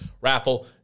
raffle